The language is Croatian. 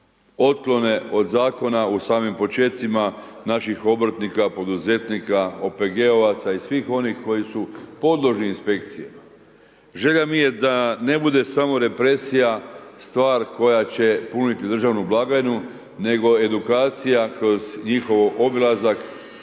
otklone od zakona u samim počecima naših obrtnika, poduzetnika, OPG-ovaca i svih onih koji su podložni inspekciji. Želja mi je da ne bude samo represija stvar koja će puniti državnu blagajnu, nego edukacija kroz njihov obilazak,